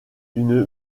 une